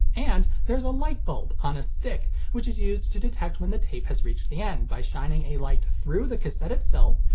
and there's a lightbulb on a stick, which is used to detect when the tape has reached the end by shining a light through the cassette itself,